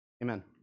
Amen